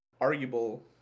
arguable